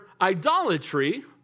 idolatry